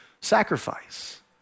sacrifice